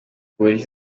polisi